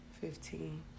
fifteen